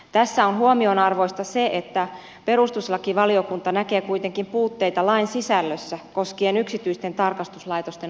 tässä on huomionarvoista se että perustuslakivaliokunta näkee kuitenkin puutteita lain sisällössä koskien yksityisten tarkastuslaitosten valvontaa